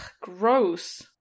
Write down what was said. Gross